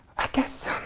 i guess,